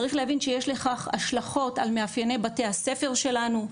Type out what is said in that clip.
צריך להבין שיש לכך השלכות על מאפייני בתי הספר שלנו,